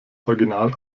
original